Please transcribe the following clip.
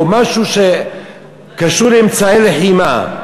או משהו שקשור לאמצעי לחימה.